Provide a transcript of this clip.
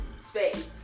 space